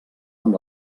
amb